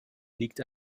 liegt